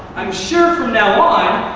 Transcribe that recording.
i'm sure from now on,